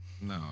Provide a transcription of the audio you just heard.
No